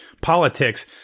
politics